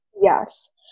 Yes